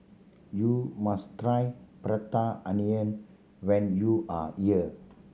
you must try Prata Onion when you are here